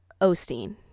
osteen